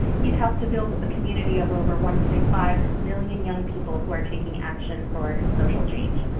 he's helped to build a community of over one point five million young people who are taking action for social change.